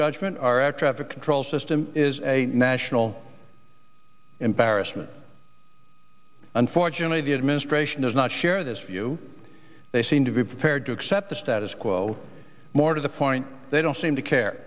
judgment or at traffic control system is a national embarrassment unfortunately the administration does not share this view they seem to be prepared to accept the status quo more to the point they don't seem to care